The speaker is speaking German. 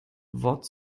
wort